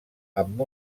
amb